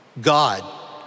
God